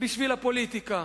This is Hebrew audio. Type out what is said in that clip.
בשביל הפוליטיקה.